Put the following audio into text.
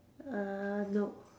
uh no